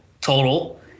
total